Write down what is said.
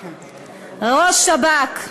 ראש שב"כ,